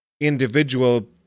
individual